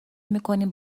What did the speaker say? میکنیم